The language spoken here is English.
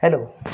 hello